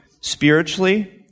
spiritually